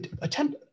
attempt